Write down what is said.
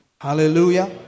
Hallelujah